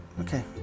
okay